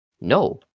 No